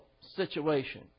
situation